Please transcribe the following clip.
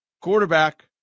quarterback